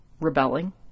rebelling